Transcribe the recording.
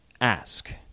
ask